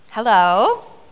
Hello